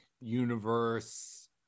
universe